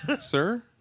Sir